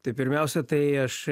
tai pirmiausia tai aš